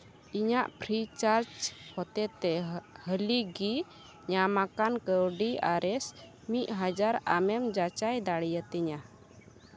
ᱤᱧᱟᱹᱜ ᱯᱷᱨᱤᱪᱟᱨᱡᱽ ᱦᱚᱛᱮᱡᱛᱮ ᱦᱟᱹᱞᱤᱜᱮ ᱧᱟᱢ ᱟᱠᱟᱱ ᱠᱟᱹᱣᱰᱤ ᱟᱨᱮᱥ ᱢᱤᱫ ᱦᱟᱡᱟᱨ ᱟᱢᱮᱢ ᱡᱟᱪᱟᱭ ᱫᱟᱲᱮᱭᱟᱛᱤᱧᱟ